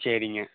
சரிங்க